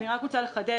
אני רוצה לחדד,